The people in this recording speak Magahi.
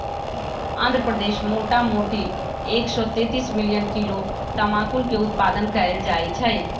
आंध्र प्रदेश मोटामोटी एक सौ तेतीस मिलियन किलो तमाकुलके उत्पादन कएल जाइ छइ